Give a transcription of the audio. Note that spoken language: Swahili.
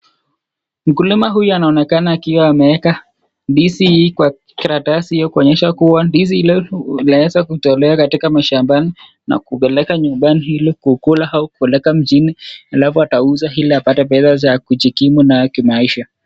Mkulima huyu anaonekana ameweke ndizi hii kwa karatasi kuonesha kua ndizi linaweza kutolewa katika mashambani na kupeleka nyumbani ili kukula au kupeleka mjini alafu atauza ili apate pesa za kujikimu na kimaisha.